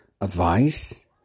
advice